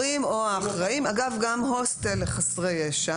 אגב, גם הוסטל לחסרי ישע.